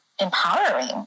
empowering